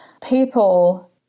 people